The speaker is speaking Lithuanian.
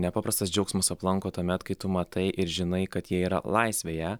nepaprastas džiaugsmas aplanko tuomet kai tu matai ir žinai kad jie yra laisvėje